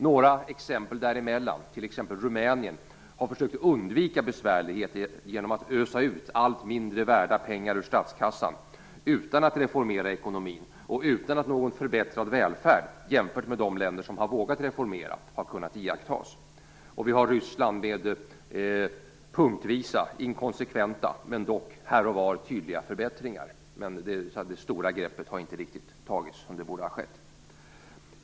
Ett av exemplen däremellan är Rumänien, som har försökt undvika besvärligheter genom att ösa ut allt mindre värda pengar ur statskassan, utan att reformera ekonomin och utan att någon förbättrad välfärd, jämfört med de länder som har vågat reformera, har kunnat iakttas. Det gäller också Ryssland, med punktvisa, inkonsekventa men dock här och var tydliga förbättringar. Det stora greppet har inte tagits såsom borde ha skett.